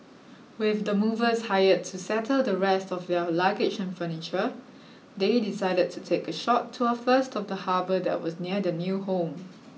with the movers hired to settle the rest of their luggage and furniture they decided to take a short tour first of the harbour that was near their new home